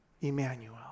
Emmanuel